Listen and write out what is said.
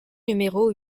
numéro